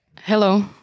Hello